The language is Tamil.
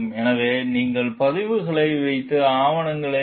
எனவே நீங்கள் பதிவுகளை வைத்து ஆவணங்களை சேகரிக்க வேண்டும்